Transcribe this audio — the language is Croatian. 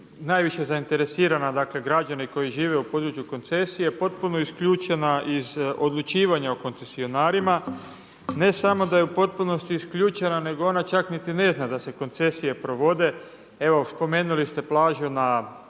najviše zainteresirana, dakle građani koji žive u području koncesije potpuno isključena iz odlučivanja o koncesionarima. Ne samo da je u potpunosti isključena, nego ona čak niti ne zna da se koncesije provode. Evo spomenuli ste plažu na